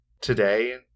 Today